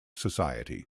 society